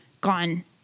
gone